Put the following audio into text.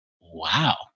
Wow